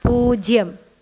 പൂജ്യം